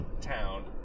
town